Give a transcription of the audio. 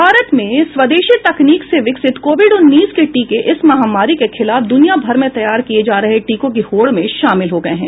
भारत में स्वदेशी तकनीक से विकसित कोविड उन्नीस के टीके इस महामारी के खिलाफ दुनियाभर में तैयार किए जा रहे टीकों की होड़ में शामिल हो गए हैं